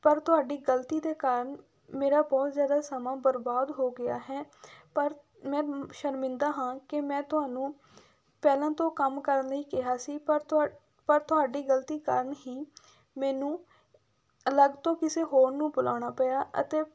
ਪਰ ਤੁਹਾਡੀ ਗ਼ਲਤੀ ਦੇ ਕਾਰਨ ਮੇਰਾ ਬਹੁਤ ਜ਼ਿਆਦਾ ਸਮਾਂ ਬਰਬਾਦ ਹੋ ਗਿਆ ਹੈ ਪਰ ਮੈਂ ਸ਼ਰਮਿੰਦਾ ਹਾਂ ਕਿ ਮੈਂ ਤੁਹਾਨੂੰ ਪਹਿਲਾਂ ਤੋਂ ਕੰਮ ਕਰਨ ਲਈ ਕਿਹਾ ਸੀ ਪਰ ਤੁਹਾ ਪਰ ਤੁਹਾਡੀ ਗ਼ਲਤੀ ਕਾਰਨ ਹੀ ਮੈਨੂੰ ਅਲੱਗ ਤੋਂ ਕਿਸੇ ਹੋਰ ਨੂੰ ਬੁਲਾਉਣਾ ਪਿਆ ਅਤੇ